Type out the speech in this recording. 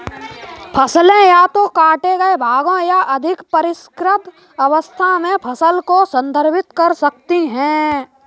फसलें या तो काटे गए भागों या अधिक परिष्कृत अवस्था में फसल को संदर्भित कर सकती हैं